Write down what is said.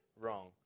wrong